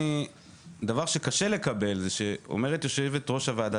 אבל דבר שקשה לקבל זה שאומרת יושבת ראש הוועדה